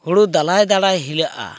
ᱦᱩᱲᱩ ᱫᱟᱞᱟᱭ ᱫᱟᱞᱟᱭ ᱦᱤᱞᱟᱹᱜᱼᱟ